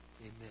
Amen